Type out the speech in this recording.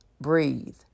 breathe